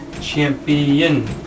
champion